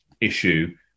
issue